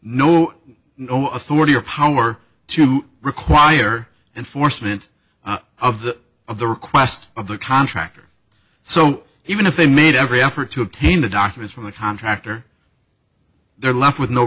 no no authority or power to require enforcement of the of the request of the contractor so even if they made every effort to obtain the documents from the contractor they are left with no